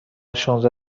شانزده